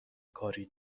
کاری